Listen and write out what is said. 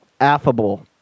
Affable